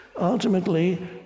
ultimately